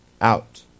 out